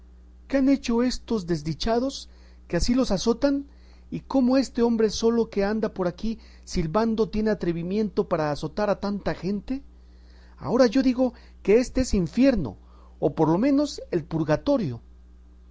qué han hecho estos desdichados que ansí los azotan y cómo este hombre solo que anda por aquí silbando tiene atrevimiento para azotar a tanta gente ahora yo digo que éste es infierno o por lo menos el purgatorio